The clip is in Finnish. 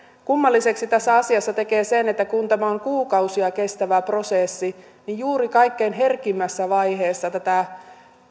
kummalliseksi tämän asian tekee se että kun tämä on kuukausia kestävä prosessi niin juuri kaikkein herkimmässä vaiheessa tätä